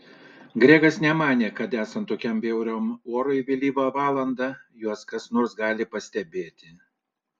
gregas nemanė kad esant tokiam bjauriam orui vėlyvą valandą juos kas nors gali pastebėti